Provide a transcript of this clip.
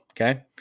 Okay